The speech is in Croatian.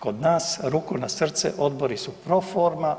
Kod nas, ruku na srce, odbori su proforma.